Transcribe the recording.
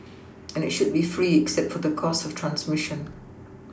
and it should be free except for the cost of transMission